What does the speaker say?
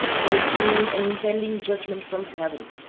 foreseeing an impending judgment from heaven,